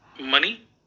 money